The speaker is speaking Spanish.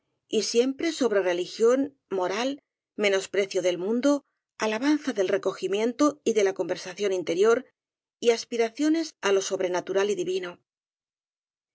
y siempre sobre religión mo ral menosprecio del mundo alabanza del recogi miento y de la conversación interior y aspiracio nes á lo sobrenatural y divino